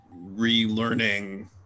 relearning